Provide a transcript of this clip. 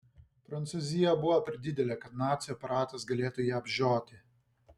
prancūzija buvo per didelė kad nacių aparatas galėtų ją apžioti